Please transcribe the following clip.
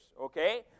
okay